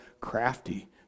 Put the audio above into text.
crafty